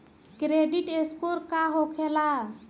Credit score का होखेला?